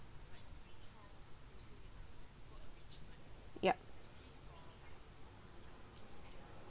yup